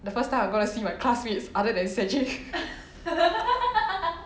the first time I'm going see my classmates other than cedric